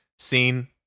seen